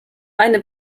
eine